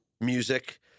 music